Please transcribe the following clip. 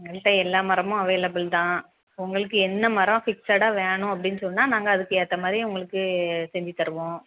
என்கிட்ட எல்லா மரமும் அவைலபிள் தான் உங்களுக்கு என்ன மரம் ஃபிக்ஸடாக வேணும் அப்படின்னு சொன்னால் நாங்கள் அதுக்கு ஏற்ற மாதிரி உங்களுக்கு செஞ்சுத்தருவோம்